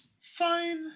Fine